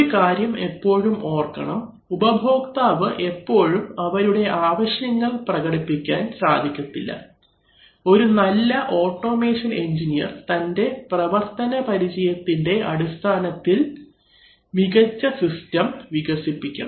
ഒരു കാര്യം എപ്പോഴും ഓർക്കണം ഉപഭോക്താവ് എപ്പോഴും അവരുടെ ആവശ്യങ്ങൾ പ്രകടിപ്പിക്കാൻ സാധിക്കില്ല ഒരു നല്ല ഓട്ടോമേഷൻ എഞ്ചിനീയർ തൻറെ പ്രവർത്തനപരിചയത്തിന്റെ അടിസ്ഥാനത്തിൽ മികച്ച സിസ്റ്റം വികസിപ്പിക്കണം